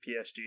PSG